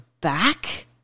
back